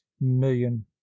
million